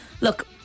Look